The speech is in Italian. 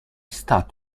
stato